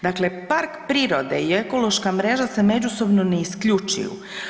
Dakle, park prirode i ekološka mreža se međusobno ne isključuju.